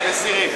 מסירים.